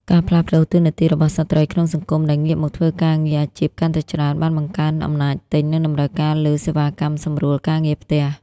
ការផ្លាស់ប្តូរតួនាទីរបស់ស្ត្រីក្នុងសង្គម ដែលងាកមកធ្វើការងារអាជីពកាន់តែច្រើន បានបង្កើនអំណាចទិញ និងតម្រូវការលើសេវាកម្មសម្រួលការងារផ្ទះ។